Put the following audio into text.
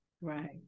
Right